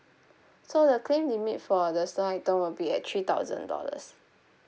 so the claim limit for the stolen item will be at three thousand dollars